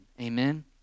amen